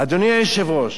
אדוני היושב-ראש,